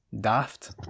daft